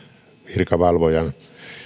virkavalvojan